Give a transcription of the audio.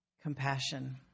compassion